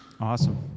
Awesome